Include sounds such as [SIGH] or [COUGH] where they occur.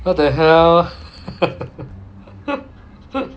what the hell [LAUGHS]